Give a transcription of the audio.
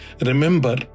Remember